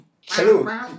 hello